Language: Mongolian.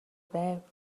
байв